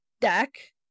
deck